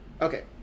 okay